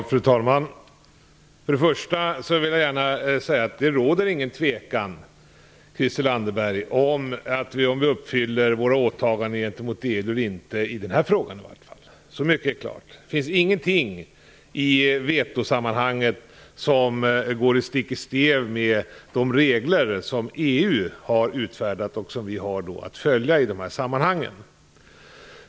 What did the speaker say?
Fru talman! För det första vill jag gärna säga, Christel Anderberg, att det inte råder något tvivel om huruvida vi uppfyller våra åtaganden gentemot EU eller inte, i varje fall inte i den här frågan. Så mycket är klart. Det finns ingenting när det gäller vetoreglerna som går stick i stäv med de regler som EU har utfärdat och som vi har att följa i de här sammanhangen.